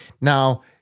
Now